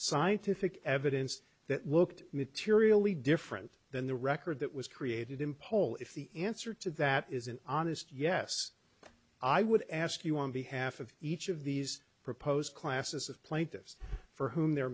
scientific evidence that looked materially different than the record that was created in poll if the answer to that is an honest yes i would ask you on behalf of each of these proposed classes of plaintiffs for whom their